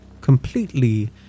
completely